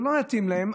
זה לא יתאים להם,